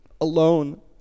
alone